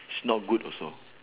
is not good also